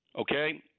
Okay